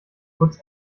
kurz